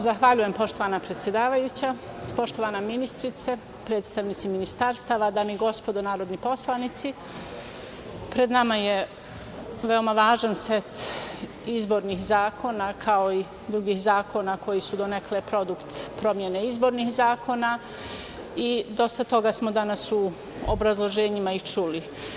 Zahvaljujem poštovana predsedavajuća, poštovana ministarka, predstavnici ministarstava, dame i gospodo narodni poslanici, pred nama je veoma važan set izbornih zakona kao i drugih zakona koji su donekle produkt promene izbornih zakona i dosta toga smo danas u obrazloženjima čuli.